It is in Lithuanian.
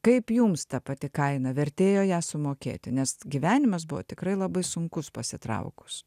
kaip jums ta pati kaina vertėjo ją sumokėti nes gyvenimas buvo tikrai labai sunkus pasitraukus